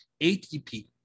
ATP